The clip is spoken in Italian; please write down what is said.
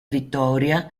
vittoria